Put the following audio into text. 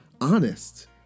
honest